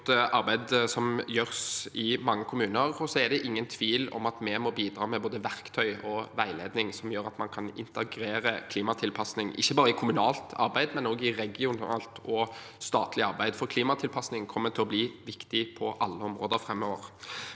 Det er mye godt arbeid som gjøres i mange kommuner. Det er likevel ingen tvil om at vi må bidra med både verktøy og veiledning som gjør at man kan integrere klimatilpasning, ikke bare i kommunalt arbeid, men også i regionalt og statlig arbeid, for klimatilpasning kommer til å bli viktig på alle områder framover.